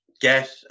get